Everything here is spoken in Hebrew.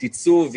עיצוב,